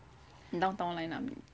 downtown line up